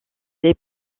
les